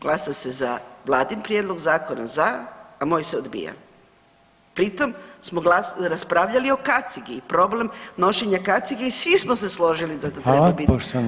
Glasa se za vladin prijedlog zakona za, a moj se odbija, pri tom smo raspravljali o kacigi i problem nošenja kacige i svi smo se složili da to treba biti.